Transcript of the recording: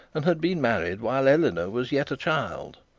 and had been married while eleanor was yet a child.